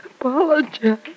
Apologize